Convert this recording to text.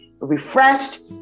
refreshed